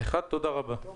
תודה רבה.